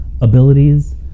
abilities